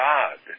God